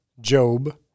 Job